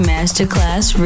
Masterclass